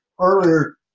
earlier